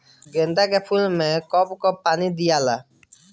गेंदे के फूल मे कब कब पानी दियाला?